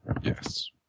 Yes